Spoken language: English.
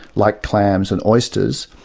like clams and oysters,